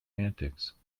antics